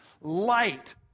Light